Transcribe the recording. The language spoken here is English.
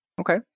Okay